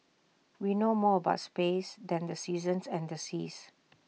we know more about space than the seasons and the seas